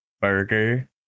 burger